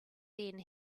then